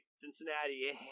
Cincinnati